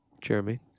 Jeremy